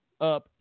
Up